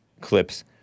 clips